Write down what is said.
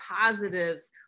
positives